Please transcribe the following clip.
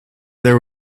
there